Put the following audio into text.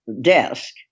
desk